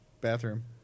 bathroom